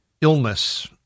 illness